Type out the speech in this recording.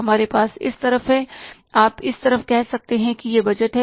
हमारे पास इस तरफ है आप इस तरफ कह सकते हैं कि यह बजट है